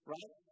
Right